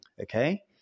Okay